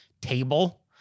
table